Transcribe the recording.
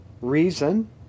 reason